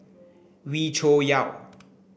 Wee Cho Yaw